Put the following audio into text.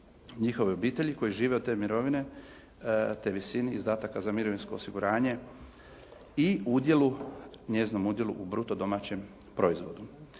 njihove obitelji koji žive od te mirovine, te visini izdataka za mirovinsko osiguranje i udjelu njezinom udjelu u bruto domaćem proizvodu.